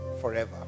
forever